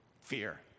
fear